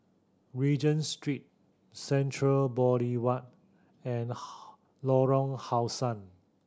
Regent Street Central Boulevard and Lorong How Sun